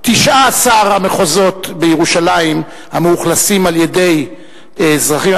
19 המחוזות בירושלים המאוכלסים על-ידי אזרחים,